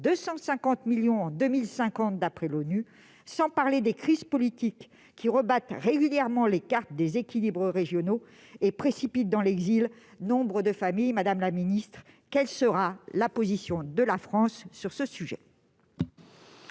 250 millions en 2050, d'après l'ONU, sans parler des crises politiques qui rebattront régulièrement les cartes des équilibres régionaux et précipiteront dans l'exil nombre de familles. Madame la ministre, quelle sera la position de la France sur ce sujet ?